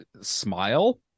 smile